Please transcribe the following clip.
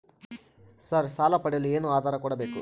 Sir ಸಾಲ ಪಡೆಯಲು ಏನು ಆಧಾರ ಕೋಡಬೇಕು?